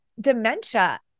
dementia